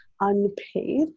unpaid